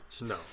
No